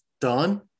done